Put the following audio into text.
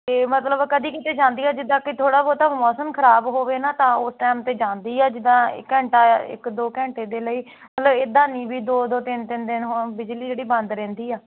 ਅਤੇ ਮਤਲਬ ਕਦੇ ਕਿਤੇ ਜਾਂਦੀ ਆ ਜਿੱਦਾਂ ਕਿ ਥੋੜ੍ਹਾ ਬਹੁਤਾ ਮੌਸਮ ਖਰਾਬ ਹੋਵੇ ਨਾ ਤਾਂ ਉਸ ਟਾਈਮ 'ਤੇ ਜਾਂਦੀ ਆ ਜਿੱਦਾਂ ਇਕ ਘੰਟਾ ਇਕ ਦੋ ਘੰਟੇ ਦੇ ਲਈ ਮਤਲਬ ਇੱਦਾਂ ਨਹੀਂ ਵੀ ਦੋ ਦੋ ਤਿੰਨ ਤਿੰਨ ਦਿਨ ਹੁਣ ਬਿਜਲੀ ਜਿਹੜੀ ਬੰਦ ਰਹਿੰਦੀ ਆ